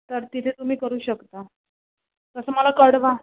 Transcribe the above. तर तिथे तुम्ही करू शकता तसं मला कळवा